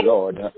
Lord